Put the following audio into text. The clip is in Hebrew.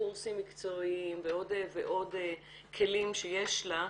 קורסים מקצועיים ועוד ועוד כלים שיש לה,